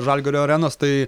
žalgirio arenos tai